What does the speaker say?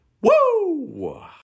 Woo